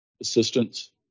assistance